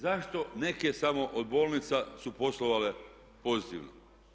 Zašto neke samo od bolnica su poslovale pozitivno?